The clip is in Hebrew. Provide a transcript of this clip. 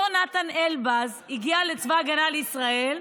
אותו נתן אלבז הגיע לצבא ההגנה לישראל,